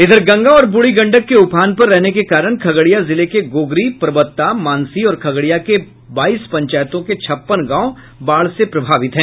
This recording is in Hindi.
इधर गंगा और बूढ़ी गंडक के उफान पर रहने के कारण खगड़िया जिले के गोगरी परबत्ता मानसी और खगड़िया के बाईस पंचायतों के छप्पन गांव बाढ़ से प्रभावित हैं